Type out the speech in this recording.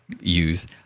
use